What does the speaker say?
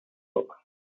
book